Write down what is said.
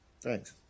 Thanks